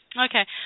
Okay